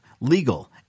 legal